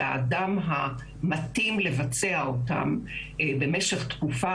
והאדם המתאים לבצע אותן במשך התקופה